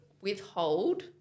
withhold